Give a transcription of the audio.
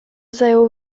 zajął